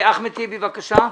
אחמד טיבי, בבקשה.